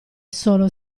solo